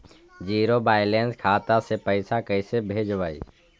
Zero balance खाता से पैसा कैसे भेजबइ?